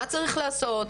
מה צריך לעשות,